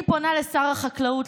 אני פונה לשר החקלאות,